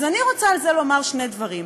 אז אני רוצה על זה לומר שני דברים.